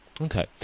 Okay